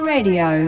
Radio